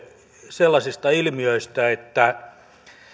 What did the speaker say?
sellaisista ilmiöistä että